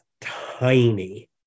tiny